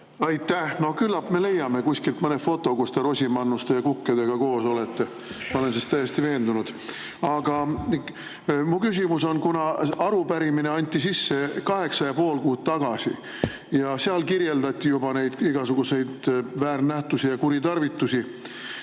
Aitäh! No küllap me leiame kusagilt mõne foto, kus te Rosimannuste ja Kukkedega koos olete, ma olen selles täiesti veendunud. Aga mu küsimus on, et kuna arupärimine anti sisse kaheksa ja pool kuud tagasi ja seal kirjeldati neid igasuguseid väärnähtusi ja kuritarvitusi,